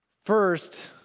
First